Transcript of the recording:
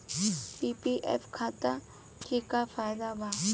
PPF खाता के का फायदा बा?